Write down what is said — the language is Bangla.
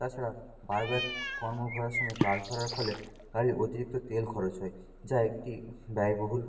তাছাড়া বারবার কনভো ঘোরার সময় ক্লাচ ধরার ফলে গাড়ির অতিরিক্ত তেল খরচ হয় যা একটি ব্যয়বহুল